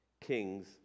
Kings